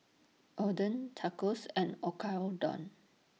Oden Tacos and Oyakodon